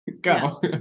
go